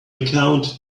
account